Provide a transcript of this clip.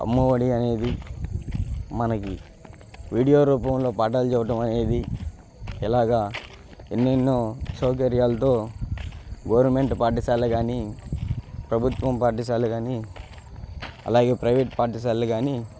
అమ్మఒడి అనేది మనకు వీడియో రూపంలో పాఠాలు చెప్పడమనేది ఇలాగా ఎన్నెన్నో సౌకర్యాలతో గవర్నమెంటు పాఠశాల కానీ ప్రభుత్వం పాఠశాల కానీ అలాగే ప్రైవేట్ పాఠశాల కానీ